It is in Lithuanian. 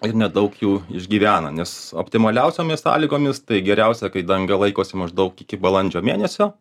ir nedaug jų išgyvena nes optimaliausiomis sąlygomis tai geriausia kai danga laikosi maždaug iki balandžio mėnesio